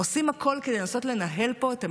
עושים הכול כדי לנסות לנהל פה את המדינה,